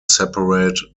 separate